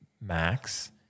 Max